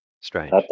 Strange